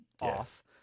off